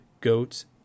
goats